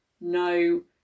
no